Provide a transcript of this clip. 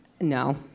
No